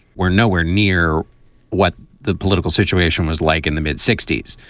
we're nowhere near what the political situation was like in the mid sixty s.